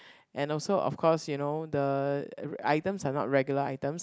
and also of course you know the items are not regular items